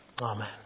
Amen